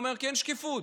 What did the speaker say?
כי אין שקיפות.